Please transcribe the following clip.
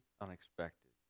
unexpected